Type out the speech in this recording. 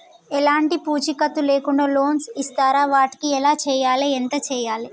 ఎలాంటి పూచీకత్తు లేకుండా లోన్స్ ఇస్తారా వాటికి ఎలా చేయాలి ఎంత చేయాలి?